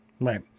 Right